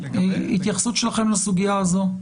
התייחסות שלכם לסוגיה הזאת,